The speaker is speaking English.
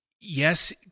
yes